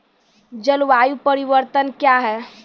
जलवायु परिवर्तन कया हैं?